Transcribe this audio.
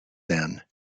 then